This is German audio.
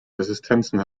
resistenzen